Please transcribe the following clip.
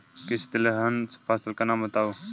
किसी तिलहन फसल का नाम बताओ